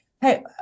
hey